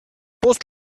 post